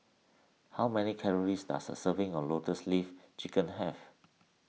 how many calories does a serving of Lotus Leaf Chicken Have